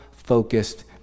focused